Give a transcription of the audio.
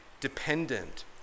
dependent